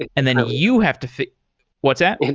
ah and then you have to fit what's that?